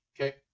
Okay